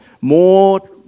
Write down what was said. More